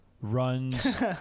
runs